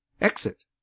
Exit